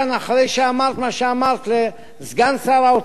אחרי שאמרת מה שאמרת לסגן שר האוצר,